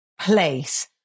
place